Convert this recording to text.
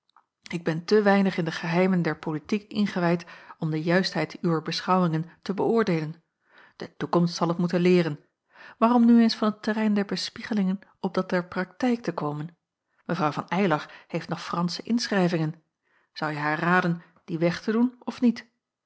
ik ben te weinig in de geheimen der politiek ingewijd om de juistheid uwer beschouwingen te beöordeelen de toekomst zal t moeten leeren maar om nu eens van het terrein der bespiegelingen op dat der praktijk te komen mevrouw van eylar heeft nog fransche inschrijvingen zou je haar raden die weg te doen of niet